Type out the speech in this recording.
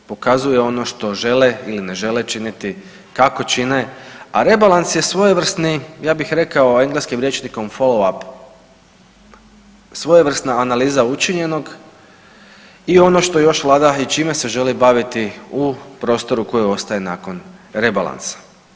Pokazuje ono što žele ili ne žele činiti, kako čine, a rebalans je svojevrsni ja bih rekao engleskim rječnikom follow up, svojevrsna analiza učinjenog i ono što još vlada i čime se želi baviti u prostoru koji ostaje nakon rebalansa.